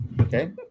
Okay